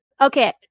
okay